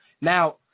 Now